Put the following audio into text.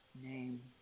name